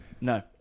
No